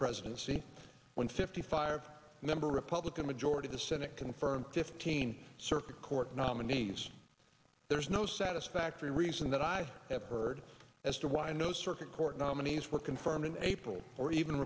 presidency when fifty five member republican majority the senate confirmed fifteen circuit court nominees there's no satisfactory reason that i have heard as to why no circuit court nominees were confirmed in april or even